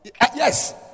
Yes